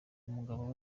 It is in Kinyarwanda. umugabo